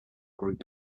group